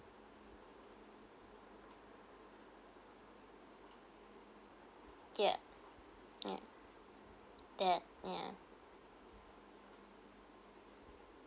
ya ya that ya